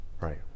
right